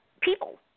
people